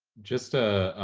just a